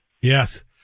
Yes